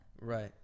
Right